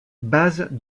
base